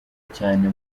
cyane